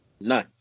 No